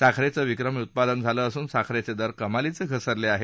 साखरेचं विक्रमी उत्पादन झालं असून साखरेचे दर कमालीचे घसरले आहेत